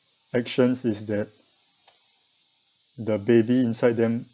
actions is that the baby inside them